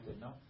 No